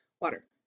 water